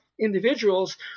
individuals